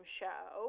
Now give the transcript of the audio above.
show